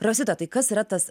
rosita tai kas yra tas